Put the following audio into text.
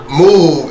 move